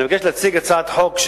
אני מבקש להציג הצעת חוק,